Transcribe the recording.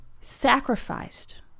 sacrificed